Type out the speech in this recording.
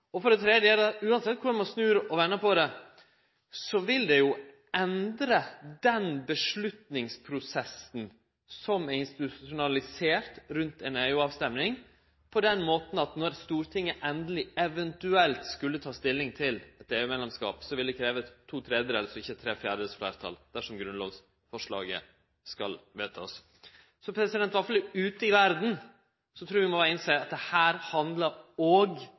EU-debatten. For det tredje vil det jo, uansett korleis ein snur og vender på det, endre den avgjerdsprosessen som er institusjonalisert rundt ei EU-avstemming, på den måten at når Stortinget endeleg eventuelt skal ta stilling til ein EU-medlemskap, vil det krevje to tredjedels og ikkje tre fjerdedels fleirtal, dersom grunnlovsforslaget skal verte vedteke. I alle fall ute i verda trur eg vi må innsjå at dette handlar ikkje berre om EU-saka, men òg om EU-saka. Ho har vore spesiell og